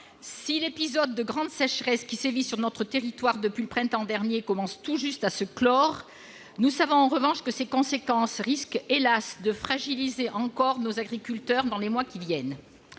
Si l'épisode de grande sécheresse qui sévit sur notre territoire depuis le printemps dernier commence tout juste à se clore, nous savons en revanche que ses conséquences risquent, hélas, de fragiliser encore nos agriculteurs dans les mois qui viennent.